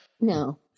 No